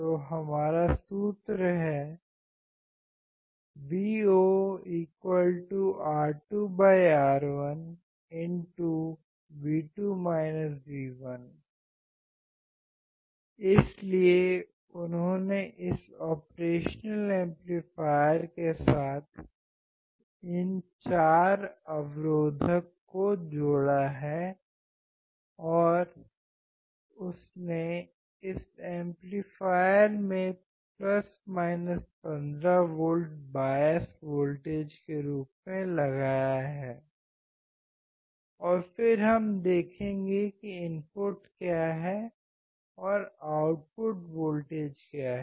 तो हमारा सूत्र है Vo R2R1 इसलिए उन्होंने इस ऑपरेशन के एम्पलीफायर के साथ इस चार अवरोधक को जोड़ा है और उन्होंने इस एम्पलीफायर में 15 V बायस वोल्टेज के रूप में लगाया है और फिर हम देखेंगे कि इनपुट क्या है और आउटपुट वोल्टेज क्या है